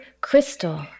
crystal